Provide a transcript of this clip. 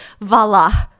voila